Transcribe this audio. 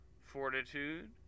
fortitude